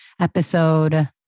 episode